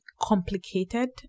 complicated